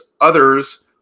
Others